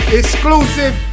exclusive